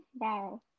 Wow